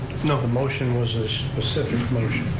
no, the motion was a specific motion.